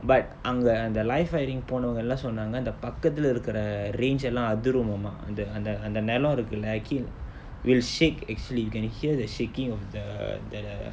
but அங்க அந்த:anga antha live firing போனவங்களா சொன்னாங்க இந்த பக்கத்துல இருக்குற:ponavangala sonnaanga intha pakkathula irukkura range leh அந்த அந்த அந்த நேரோ இருக்குல:athurumama antha antha antha nero irukkula I kin~ will shake actually you can hear the shaking of the that err